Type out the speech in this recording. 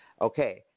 Okay